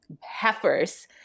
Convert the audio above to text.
heifers